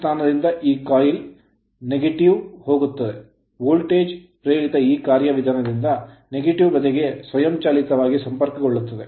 ಸ್ಥಾನದಿಂದ ಈ coil coil negative ಋಣಾತ್ಮಕಕ್ಕೆ ಹೋಗುತ್ತದೆ ವೋಲ್ಟೇಜ್ ಪ್ರೇರಿತ ಈ ಕಾರ್ಯವಿಧಾನದಿಂದ negative ಋಣಾತ್ಮಕ ಬದಿಗೆ ಸ್ವಯಂಚಾಲಿತವಾಗಿ ಸಂಪರ್ಕಗೊಳ್ಳುತ್ತದೆ